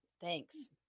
Thanks